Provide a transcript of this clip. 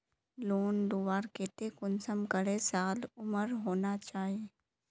Loan लुबार केते कुंसम करे साल उमर होना चही?